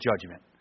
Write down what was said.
judgment